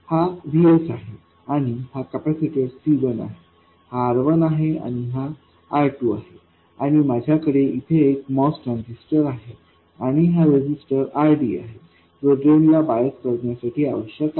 हा VSआहे आणि हा कॅपेसिटरC1आहे हा R1आहे आणि हा R2आहे आणि माझ्याकडे येथे एक MOS ट्रान्झिस्टर आहे आणि हा रेझिस्टर RDआहे जो ड्रेन ला बायस करण्यासाठी आवश्यक आहे